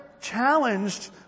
challenged